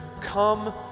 Come